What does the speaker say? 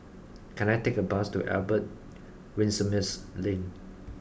can I take a bus to Albert Winsemius Lane